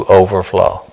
overflow